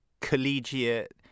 collegiate